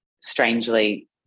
strangely